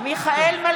(קוראת בשם חבר הכנסת) מיכאל מלכיאלי,